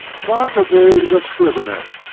bartleby, the scrivener.